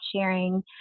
sharing